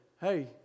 hey